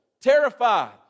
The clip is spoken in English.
terrified